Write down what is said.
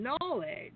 knowledge